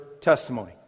testimony